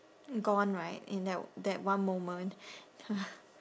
gone right in that that one moment